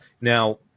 Now